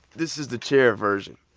this is the chair version